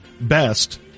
Best